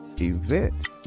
event